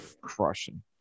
Crushing